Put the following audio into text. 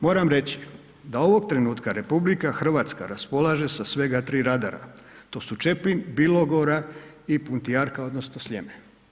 Moram reći da ovog trenutka RH raspolaže sa svega 3 radara, to su Čepin, Bilogora i Puntijarka odnosno Sljeme.